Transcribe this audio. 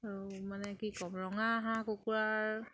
আৰু মানে কি ক'ম ৰঙা হাঁহ কুকুৰাৰ